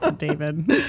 David